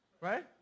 Right